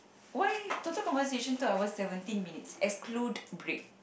why total conversation two hours seventeen minute exclude break